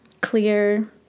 clear